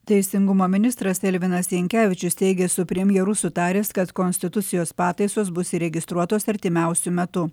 teisingumo ministras elvinas jankevičius teigė su premjeru sutaręs kad konstitucijos pataisos bus įregistruotos artimiausiu metu